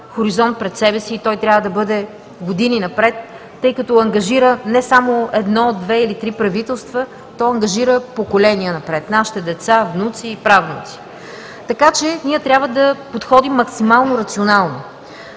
хоризонт пред себе си и той трябва да бъде години напред, тъй като ангажира не само едно, две или три правителства, то ангажира поколения напред – нашите деца, внуци и правнуци, така че ние трябва да подходим максимално рационално.